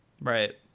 right